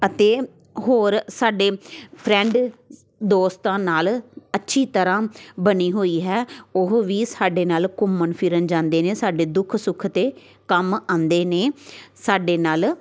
ਅਤੇ ਹੋਰ ਸਾਡੇ ਫਰੈਂਡ ਦੋਸਤਾਂ ਨਾਲ ਅੱਛੀ ਤਰ੍ਹਾਂ ਬਣੀ ਹੋਈ ਹੈ ਉਹ ਵੀ ਸਾਡੇ ਨਾਲ ਘੁੰਮਣ ਫਿਰਨ ਜਾਂਦੇ ਨੇ ਸਾਡੇ ਦੁੱਖ ਸੁੱਖ 'ਤੇ ਕੰਮ ਆਉਂਦੇ ਨੇ ਸਾਡੇ ਨਾਲ